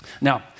Now